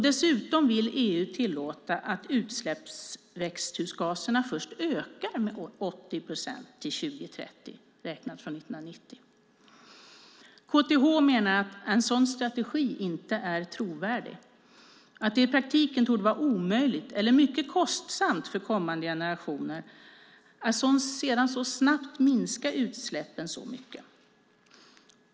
Dessutom vill EU tillåta att utsläppsväxthusgaserna först ökar med 8 procent till 2030 räknat från 1990. KTH menar att en sådan strategi inte är trovärdig och att det i praktiken torde vara omöjligt eller mycket kostsamt för kommande generationer att sedan så snabbt minska utsläppen så mycket.